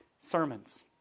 sermons